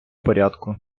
порядку